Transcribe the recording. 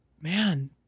man